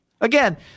Again